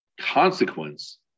Consequence